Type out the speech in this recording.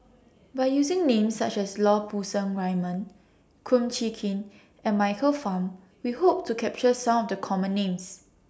By using Names such as Lau Poo Seng Raymond Kum Chee Kin and Michael Fam We Hope to capture Some of The Common Names